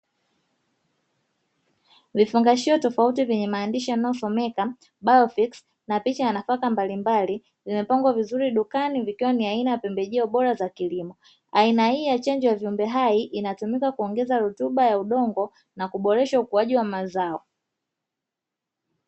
Vifungashio tofauti vyenye maandishi yanayosomeka ''bio fix'' na picha ya nafaka mbalimbali, zimepangwa vizuri dukani vikiwa ni aina ya pembejeo bora za kilimo. Aina hii ya chanjo ya viumbe hai inatumika kuongeza rutuba ya udongo na kuboresha ukuaji wa mazao.